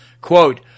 quote